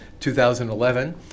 2011